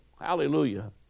hallelujah